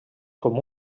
com